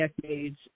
decades